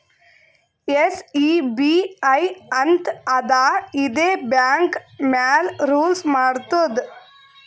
SEBI ಅಂತ್ ಅದಾ ಇದೇ ಬ್ಯಾಂಕ್ ಮ್ಯಾಲ ರೂಲ್ಸ್ ಮಾಡ್ತುದ್